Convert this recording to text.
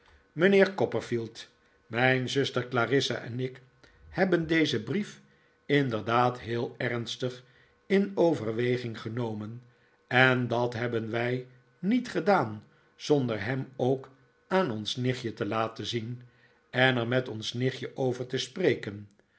mijnheer copperfield mijn zuster clarissa en ik hebben dezen brief inderdaad heel ernstig in overweging genomen en dat hebben wij niet gedaan zonder hem ook aan ons nichtje te laten zien en er met ons nichtje over te spreken